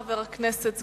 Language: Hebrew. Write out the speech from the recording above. חבר הכנסת,